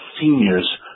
seniors